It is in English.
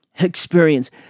experience